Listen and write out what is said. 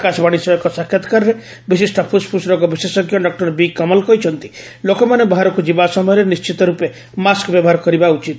ଆକାଶବାଣୀ ସହ ଏକ ସାକ୍ଷାତକାରରେ ବିଶିଷ୍ଟ ଫୁସ୍ଫୁସ୍ ରୋଗ ବିଶେଷଜ୍ଞ ଡକ୍କର ବି କମଲ କହିଛନ୍ତି ଲୋକମାନେ ବାହାରକୁ ଯିବା ସମୟରେ ନିି୍ଣିତ ରୂପେ ମାସ୍କ୍ ବ୍ୟବହାର କରିବା ଉଚିତ